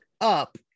up